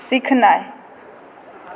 सीखनाय